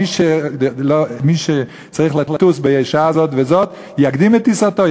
מי שצריך לטוס בשעה זאת וזאת יקדים את טיסתו,